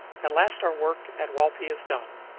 at last our work at walpi is done,